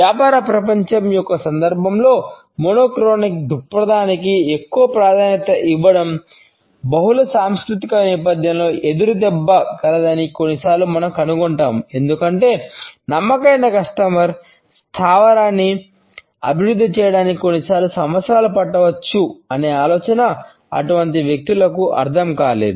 వ్యాపార ప్రపంచం యొక్క సందర్భంలో మోనోక్రోనిక్ స్థావరాన్ని అభివృద్ధి చేయడానికి కొన్నిసార్లు సంవత్సరాలు పట్టవచ్చు అనే ఆలోచన అటువంటి వ్యక్తులకు అర్థం కాలేదు